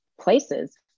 places